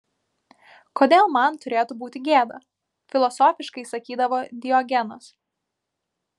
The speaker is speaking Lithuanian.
kodėl man turėtų būti gėda filosofiškai sakydavo diogenas